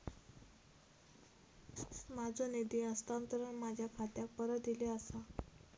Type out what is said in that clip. माझो निधी हस्तांतरण माझ्या खात्याक परत इले आसा